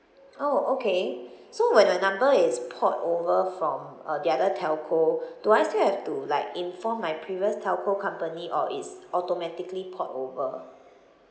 orh okay so when my number is port over from uh the other telco do I still have to like inform my previous telco company or it's automatically port over